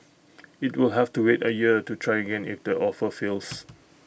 IT will have to wait A year to try again if the offer fails